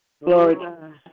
Lord